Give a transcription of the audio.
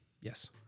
Yes